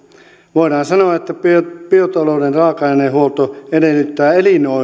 voidaan sanoa että biotalouden raaka ainehuolto edellyttää